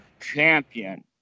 champion